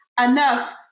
enough